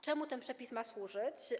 Czemu ten przepis ma służyć?